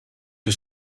que